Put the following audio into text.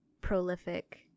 prolific